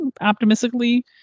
optimistically